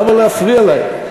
למה להפריע להם?